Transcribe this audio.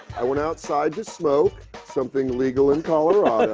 i went outside to smoke something legal in colorado. but